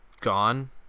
gone